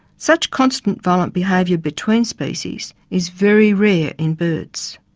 such constant violent behaviour between species is very rare in birds.